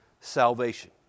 salvation